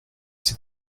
ces